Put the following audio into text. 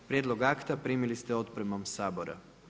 Prijedlog akta primili ste otpremom Sabora.